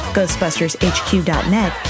GhostbustersHQ.net